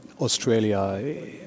Australia